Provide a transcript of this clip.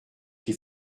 qui